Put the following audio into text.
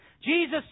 Jesus